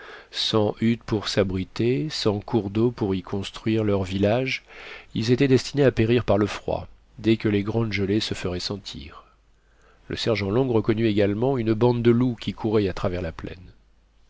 huttes pour s'abriter sans cours d'eau pour y construire leur village ils étaient destinés à périr par le froid dès que les grandes gelées se feraient sentir le sergent long reconnut également une bande de loups qui couraient à travers la plaine